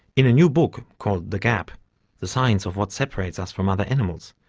in a new book called the gap the science of what separates us from other animals,